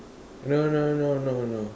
no no no no no